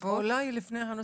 הנוספות אולי לפני הנוספות,